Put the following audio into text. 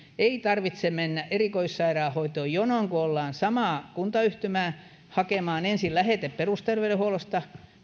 ei tarvitse mennä erikoissairaanhoitoon jonoon kun ollaan samaa kuntayhtymää hakemaan ensin lähete perusterveydenhuollosta